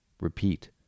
Repeat